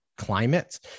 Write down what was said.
Climate